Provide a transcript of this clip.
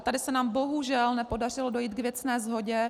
Tady se nám bohužel nepodařilo dojít k věcné shodě.